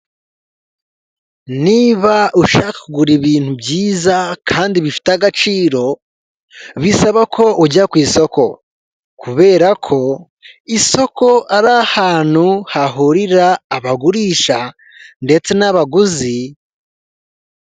Niba ushaka kugura ibintu byiza kandi bifite agaciro, bisaba ko ujya ku isoko kubera ko isoko ari ahantu hahurira abagurisha ndetse n'abaguzi.